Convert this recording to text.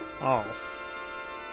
off